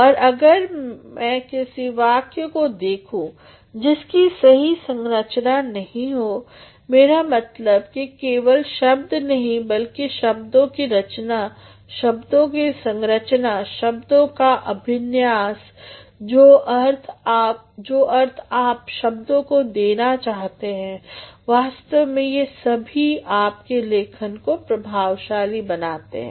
और अगर मैं किसी वाक्य को देखूं जिसकी सही संरचना नहीं हो मेरा मतलब कि केवल शब्द नहीं बल्कि शब्दों की रचना शब्दों की संरचना शब्दों का अभिन्यास जो अर्थ आप शब्दों को देना चाहते हैं वास्तव में ये सभी आपके लेखन को प्रभावशाली बनाते हैं